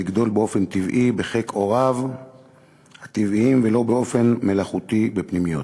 לגדול באופן טבעי בחיק הוריו הטבעיים ולא באופן מלאכותי בפנימיות.